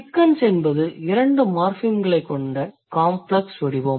Chickens என்பது 2 மார்ஃபிம்களைக் கொண்ட காம்ப்ளக்ஸ் வடிவம்